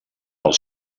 els